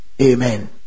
Amen